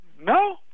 No